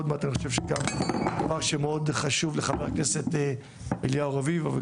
ועוד מעט ידבר על מה שמאוד חשוב לחבר הכנסת אליהו רביבו,